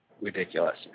ridiculous